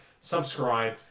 subscribe